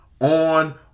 on